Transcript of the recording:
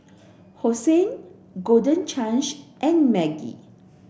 Hosen Golden Chance and Maggi